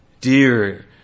dear